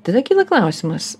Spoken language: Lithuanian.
tada kyla klausimas